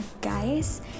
guys